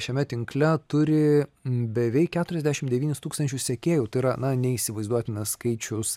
šiame tinkle turi beveik keturiasdešim devynis tūkstančius sekėjų tai yra na neįsivaizduotinas skaičius